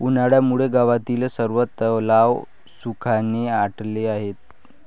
उन्हामुळे गावातील सर्व तलाव सुखाने आटले आहेत